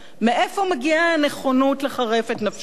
מאיפה מגיעה הנכונות לחרף את נפשם?